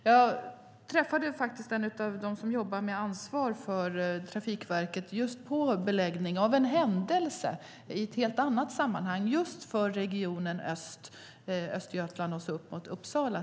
Jag träffade av en händelse en av dem som jobbar med ansvar för beläggning på Trafikverket, i ett helt annat sammanhang, och han ansvarade för östregionen, från Östergötland och upp mot Uppsala.